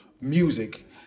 music